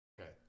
Okay